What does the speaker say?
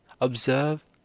observe